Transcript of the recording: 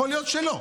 יכול להיות שלא,